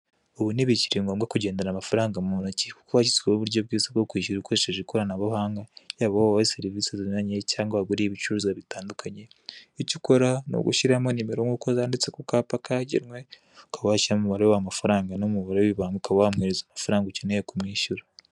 Ubu ntibikiri ngobwa kugendana amafaranga mu ntoki kuko hashyizweho uburyo bwiza bwo kwishyura ukoresheje ikoranabuhanga yaba uwo wahaye serivise zinyuranye cyangwa aho waguriye ibicuruzwa bitandukanye, icyo ukora ni ugushyiramo nimero nkuko zanditse ku kapa kagenwe ukaba washyiramo umubare w'amafaranga n'umubare w'ibanga ukaba wamwohereza amafaranga ukeneye kumwishyura.